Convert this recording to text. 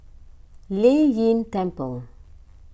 Lei Yin Temple